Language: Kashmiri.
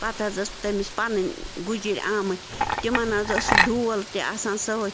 پَتہٕ حظ ٲس تٔمِس پَنٕنۍ گُجِرۍ آمٕتۍ تِمَن حظ ٲس ڈول تہِ آسان سۭتۍ